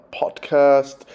podcast